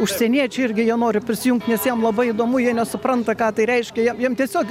užsieniečiai irgi jie nori prisijungt nes jiem labai įdomu jie nesupranta ką tai reiškia jiem jiem tiesiog